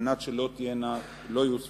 על מנת שלא יהיו ספקות.